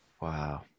Wow